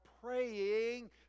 praying